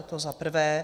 To za prvé.